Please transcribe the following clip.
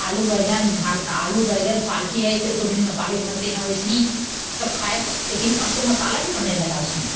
आलू बैंगन भां आलू बैंगन पालक है तो बिना मसाले के बनाते हैं वैसे ही सब खाए लेकिन अब तो मसाला भी पड़ने लगा उसमें